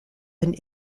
and